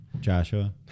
Joshua